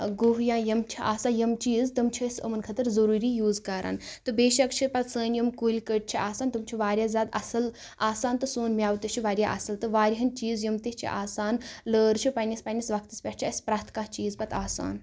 گوٚو یا یِم چھِ آسان یِم چیٖز تِم چھِ أسۍ أمَن خٲطرٕ ضروٗری یوٗز کَران تہٕ بےٚ شَک چھ پَتہٕ سٲنۍ یِم کُلۍ کٔٹۍ چھِ آسان تِم چھِ واریاہ زیادٕ اصٕل آسان تہٕ سون میٚوٕ تہِ چھُ وارٕیاہ اصٕل تہٕ وارٕیاہن چیٖز یِم تہِ چھِ آسان لٲر چھِ پَننس پَننس وقتس پیٚٹھ چھِ أسۍ پرٛٮ۪تھ کُنہِ چیٖز پَتہٕ آسان